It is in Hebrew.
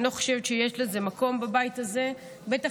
אני לא חושבת שיש לזה מקום בבית הזה בטח